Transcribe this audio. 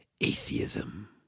atheism